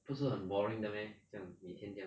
不是很 boring 的 meh 将每天将做